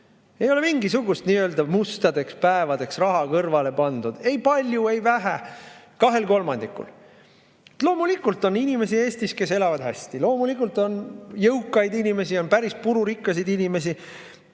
ei ole mingisugust raha nii-öelda mustadeks päevadeks kõrvale pandud, ei palju ega vähe. Kahel kolmandikul! Loomulikult on inimesi Eestis, kes elavad hästi, loomulikult on jõukaid inimesi ja on päris pururikkaid inimesi.